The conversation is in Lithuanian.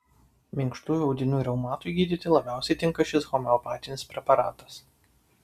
minkštųjų audinių reumatui gydyti labiausiai tinka šis homeopatinis preparatas